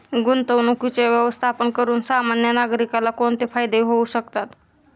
गुंतवणुकीचे व्यवस्थापन करून सामान्य नागरिकाला कोणते फायदे होऊ शकतात?